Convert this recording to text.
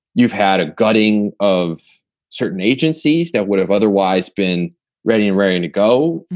you've had a gutting of certain agencies that would have otherwise been ready and raring to go.